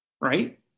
right